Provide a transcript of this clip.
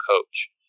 coach